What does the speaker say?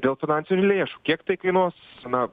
dėl finansinių lėšų kiek tai kainuos na